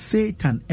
Satan